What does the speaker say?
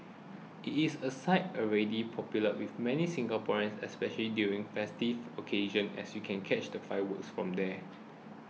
it's a site already popular with many Singaporeans especially during festive occasions as you can catch the fireworks from there